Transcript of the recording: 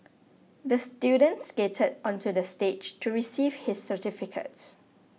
the student skated onto the stage to receive his certificate